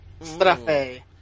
Strafe